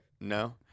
No